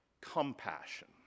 compassion